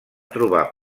trobar